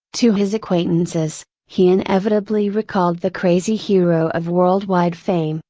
to his acquaintances, he inevitably recalled the crazy hero of worldwide fame,